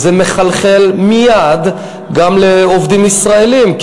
אלא זה מחלחל מייד גם לעובדים ישראלים,